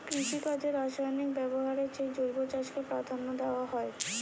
কৃষিকাজে রাসায়নিক ব্যবহারের চেয়ে জৈব চাষকে প্রাধান্য দেওয়া হয়